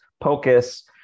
Pocus